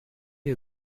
you